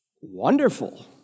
Wonderful